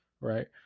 right